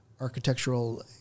architectural